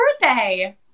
birthday